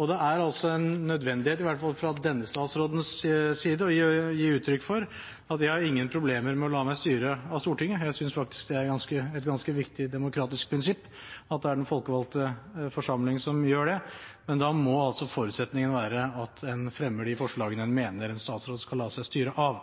Og det er en nødvendighet – i hvert fall fra denne statsrådens side – å gi uttrykk for at jeg ikke har noen problemer med å la meg styre av Stortinget. Jeg synes det er et ganske viktig demokratisk prinsipp at det er den folkevalgte forsamlingen som gjør det, men da må forutsetningen være at en fremmer de forslagene en mener en statsråd skal la seg styre av.